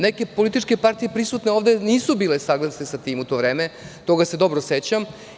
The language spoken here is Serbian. Neke političke partije prisutne ovde nisu bile saglasne sa tim u to vreme, toga se dobro sećam.